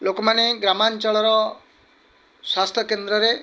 ଲୋକମାନେ ଗ୍ରାମାଞ୍ଚଳର ସ୍ୱାସ୍ଥ୍ୟକେନ୍ଦ୍ରରେ